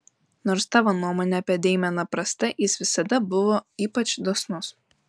nors tavo nuomonė apie deimeną prasta jis visada buvo ypač dosnus